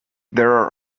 there